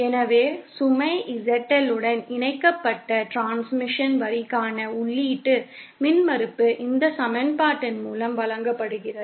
எனவே சுமை ZL உடன் இணைக்கப்பட்ட டிரான்ஸ்மிஷன் வரிக்கான உள்ளீட்டு மின்மறுப்பு இந்த சமன்பாட்டின் மூலம் வழங்கப்படுகிறது